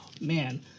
man